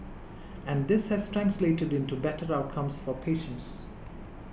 and this has translated into better outcomes for patients